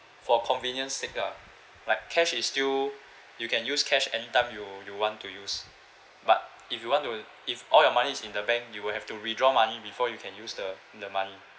for convenience sake lah like cash is still you can use cash anytime you you want to use but if you want to if all your money is in the bank you will have to withdraw money before you can use the the money